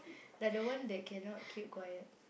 like the one that cannot keep quiet